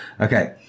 Okay